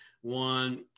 one